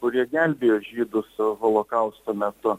kurie gelbėjo žydus holokausto metu